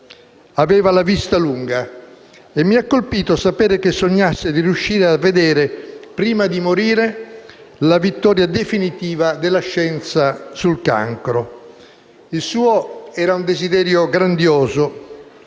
Aveva la vista lunga e mi ha colpito sapere che sognasse di riuscire a vedere, prima di morire, la vittoria definitiva della scienza sul cancro. Il suo era un desiderio grandioso